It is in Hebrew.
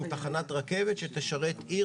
זאת תחנת רכבת שתשרת עיר,